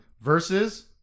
versus